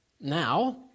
now